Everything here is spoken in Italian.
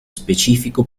specifico